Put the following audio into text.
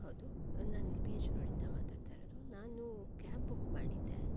ಹೌದು ನಾನು ಇಲ್ಲಿ ಬಿ ಹೆಚ್ ರೋಡಿಂದ ಮಾತಾಡ್ತಾ ಇರೋದು ನಾನು ಕ್ಯಾಬ್ ಬುಕ್ ಮಾಡಿದ್ದೆ